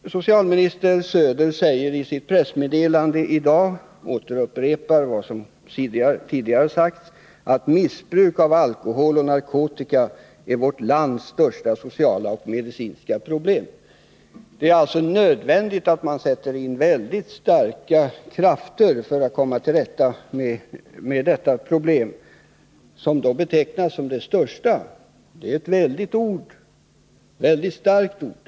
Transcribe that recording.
Socialminister Söder återupprepar i sitt pressmeddelande i dag vad som sagts tidigare, nämligen att missbruket av alkohol och narkotika är vårt lands största sociala och medicinska problem. Det är därför nödvändigt att mycket starka krafter sätts in för att vi skall komma till rätta med detta problem, som alltså betecknas som det största i landet. Det bör noteras att man inte säger att missbruket är ett av de största problemen.